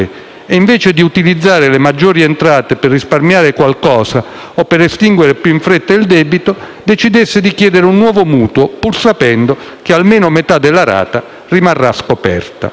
e, invece di utilizzare le maggiori entrate per risparmiare qualcosa o per estinguere più in fretta il debito, decidesse di chiedere un nuovo mutuo, pur sapendo che almeno metà della rata rimarrebbe scoperta.